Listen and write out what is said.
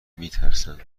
میترسند